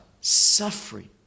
suffering